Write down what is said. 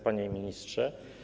Panie Ministrze!